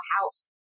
house